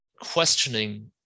questioning